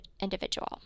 individual